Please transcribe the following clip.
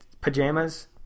Pajamas